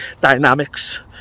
dynamics